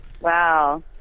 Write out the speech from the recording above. Wow